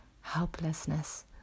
helplessness